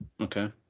Okay